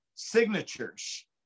signatures